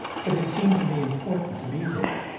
but it seemed to me important to be there.